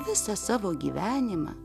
visą savo gyvenimą